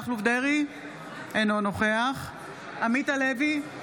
אינו נוכח עמית הלוי,